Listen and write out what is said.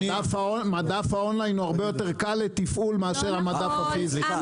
מדף האונליין הוא הרבה יותר קל לתפעול מאשר המדף הפיזי.